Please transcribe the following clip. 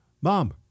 mom